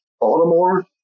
Baltimore